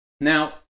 Now